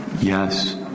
Yes